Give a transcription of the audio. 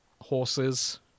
horses